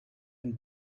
and